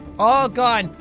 all gone.